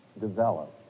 develop